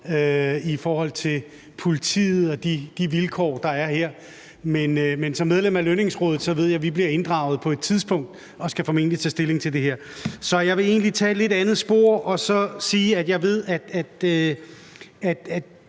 i forhold til de vilkår, der er der. Men som medlem af Lønningsrådet ved jeg, at vi bliver inddraget på et tidspunkt og formentlig skal tage stilling til det her. Så jeg vil egentlig tage et lidt andet spor og sige, at jeg ved, at